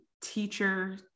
teacher